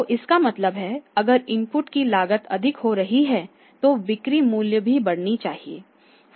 तो इसका मतलब है अगर इनपुट की लागत अधिक हो रही है तो बिक्री मूल्य भी बढ़नी चाहिए